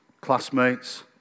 classmates